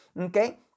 Okay